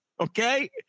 okay